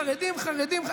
חרדים, חרדים, חרדים.